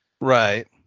Right